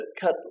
cut